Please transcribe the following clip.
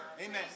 Amen